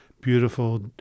beautiful